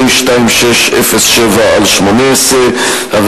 2010, פ/2607/18, של חבר הכנסת אופיר אקוניס.